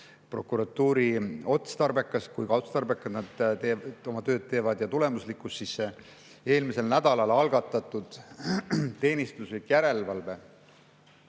prokuratuuri otstarbekus – kui otstarbekalt nad oma tööd teevad – ja tulemuslikkus, siis eelmisel nädalal algatatud teenistuslik järelevalve